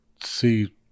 see